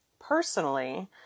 Personally